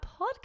podcast